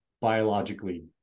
biologically